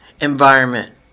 environment